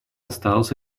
осталась